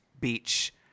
beach